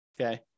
okay